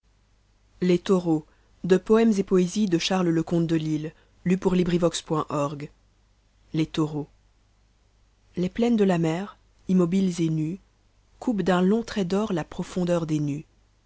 les taureaux les plaines de la mer immobiles et nues coupent d'un long trait d'or la profondeur des nues